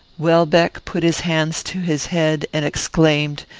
welbeck put his hands to his head, and exclaimed,